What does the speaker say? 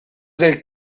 del